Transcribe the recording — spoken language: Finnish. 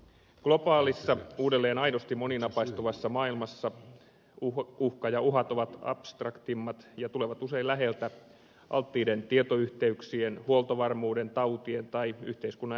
globaalissa uudelleen aidosti moninapaistuvassa maailmassa uhat ovat abstraktimmat ja tulevat usein läheltä alttiiden tietoyhteyksien huoltovarmuuden tautien tai yhteiskunnan ääriainesten kautta